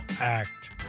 Act